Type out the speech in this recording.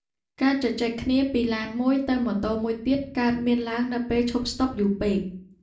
ការជជែកគ្នាពីឡានមួយទៅម៉ូតូមួយទៀតកើតមានឡើងនៅពេលឈប់ស្ដុបយូរពេក។